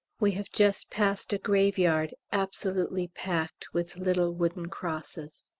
we have just passed a graveyard absolutely packed with little wooden crosses.